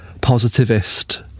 positivist